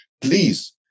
Please